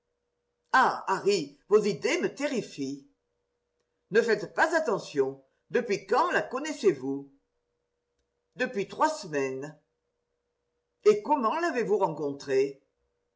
ah harry vos idées me terrifient ne faites pas attention depuis quand la connaissez-vous depuis trois semaines et comment l'avez-vous rencontrée